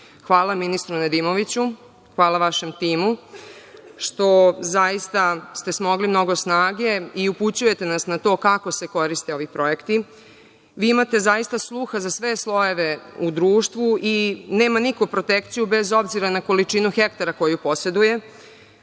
rada. Hvala ministru Nedimoviću, hvala vašem timu što ste zaista smogli mnogo snage i upućujete nas na to kako se koriste ovi projekti. Vi imate zaista sluha za sve slojeve u društvu i nema niko protekciju, bez obzira na količinu hektara koju poseduju.